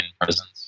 presence